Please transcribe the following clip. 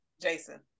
Jason